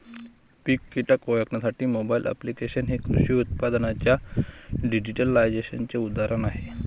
पीक कीटक ओळखण्यासाठी mobile applications हे कृषी उत्पादनांच्या डिजिटलायझेशनचे उदाहरण आहे